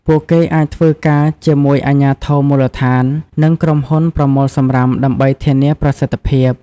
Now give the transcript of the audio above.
ពួកគេអាចធ្វើការជាមួយអាជ្ញាធរមូលដ្ឋាន និងក្រុមហ៊ុនប្រមូលសំរាមដើម្បីធានាប្រសិទ្ធភាព។